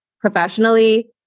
professionally